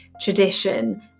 tradition